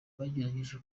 bagerageje